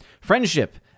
Friendship